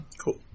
Cool